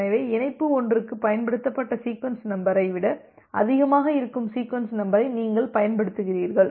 எனவே இணைப்பு 1 க்குப் பயன்படுத்தப்பட்ட சீக்வென்ஸ் நம்பரை விட அதிகமாக இருக்கும் சீக்வென்ஸ் நம்பரை நீங்கள் பயன்படுத்துகிறீர்கள்